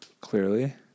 clearly